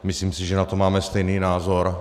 Myslím si, že na to máme stejný názor.